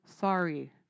sorry